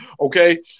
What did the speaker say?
okay